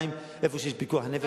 2. איפה שיש פיקוח נפש,